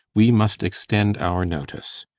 we must extend our notice.